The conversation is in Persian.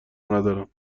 ندارم